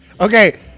Okay